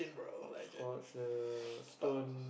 hopscotch the stone